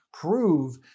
prove